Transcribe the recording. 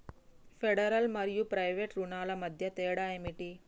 Federal మరియు private రుణాల మధ్య తేడా ఏమిటి?